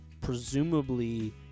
presumably